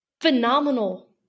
phenomenal